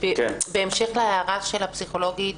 בהמשך להערה של הפסיכולוגית